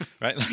right